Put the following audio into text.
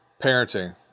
parenting